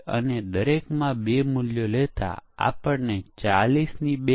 હવે આપણે તે નમૂના લઈએ છીએ જે આપણે પાછલી સ્લાઇડમાં બતાવ્યા છે